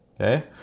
okay